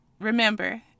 Remember